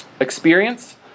Experience